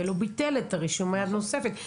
ולא ביטל את רישום ה"יד" הנוספת".